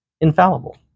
infallible